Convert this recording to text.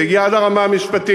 זה הגיע עד הרמה המשפטית,